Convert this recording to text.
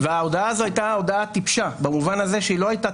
וההודעה הזו הייתה הודעה טיפשה במובן זה שהיא לא הייתה